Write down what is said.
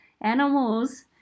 animals